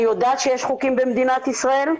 אני יודעת שיש חוקים במדינת ישראל,